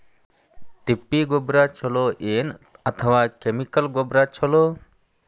ತಿಪ್ಪಿ ಗೊಬ್ಬರ ಛಲೋ ಏನ್ ಅಥವಾ ಕೆಮಿಕಲ್ ಗೊಬ್ಬರ ಛಲೋ?